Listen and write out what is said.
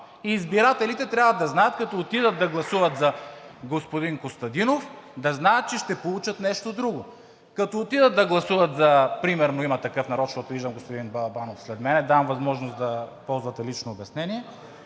Избирателите трябва да знаят, като отидат да гласуват за господин Костадинов, да знаят, че ще получат нещо друго. Като отидат да гласуват примерно за „Има такъв народ“, защото виждам господин Балабанов след мен – давам възможност да ползвате лично обяснение,